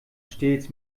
stets